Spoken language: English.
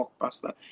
blockbuster